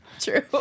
true